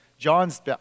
John's